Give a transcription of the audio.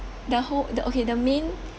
the whole the okay the main